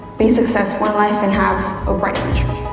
be successful in life and have a bright future.